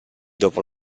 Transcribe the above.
dopo